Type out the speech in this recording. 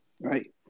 Right